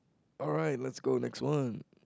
alright let's go next one